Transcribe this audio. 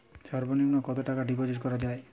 সর্ব নিম্ন কতটাকা ডিপোজিট করা য়ায়?